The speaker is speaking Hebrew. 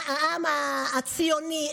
העם הציוני.